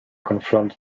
confronts